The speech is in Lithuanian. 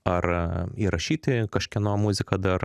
ar įrašyti kažkieno muziką dar